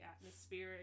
atmospheric